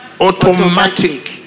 automatic